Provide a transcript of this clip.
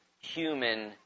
human